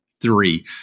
three